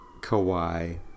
Kawhi